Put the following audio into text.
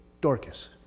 Dorcas